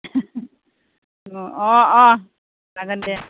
अ अ अ जागोन दे